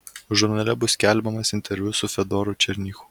žurnale bus skelbiamas interviu su fedoru černychu